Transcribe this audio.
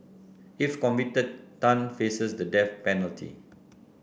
if convicted Tan faces the death penalty